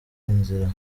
inzira